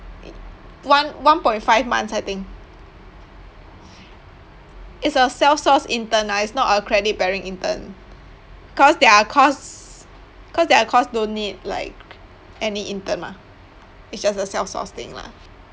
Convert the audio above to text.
one one point five months I think it's a self-sourced intern ah it's not a credit bearing intern cause their course cause their course don't need like any intern mah it's just a self-sourced thing lah